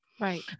right